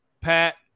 Pat